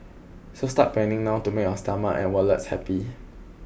so start planning now to make your stomach and wallets happy